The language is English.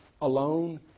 alone